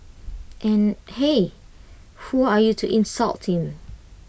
and hey who are you to insult him